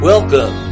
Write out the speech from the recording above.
Welcome